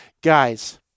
Guys